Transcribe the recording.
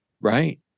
Right